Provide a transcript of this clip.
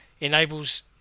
enables